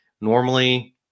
normally